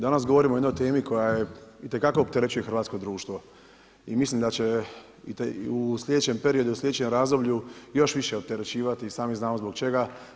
Danas govorimo o jednoj temi koja je itekako opterećuje hrvatsko društvo i mislim da će u slijedećem periodu, slijedećem razdoblju još više opterećivati i sami znamo zbog čega.